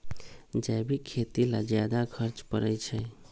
जैविक खेती ला ज्यादा खर्च पड़छई?